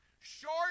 short